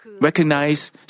recognize